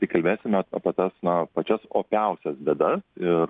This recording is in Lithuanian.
tai kalbėsimės apie tas na pačias opiausias bėdas ir